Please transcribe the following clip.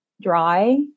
dry